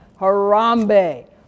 Harambe